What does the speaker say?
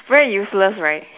very useless right